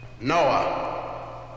noah